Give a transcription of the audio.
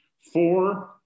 Four